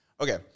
Okay